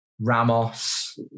Ramos